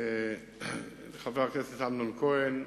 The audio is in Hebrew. חבר הכנסת אמנון כהן,